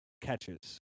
catches